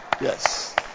Yes